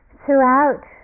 throughout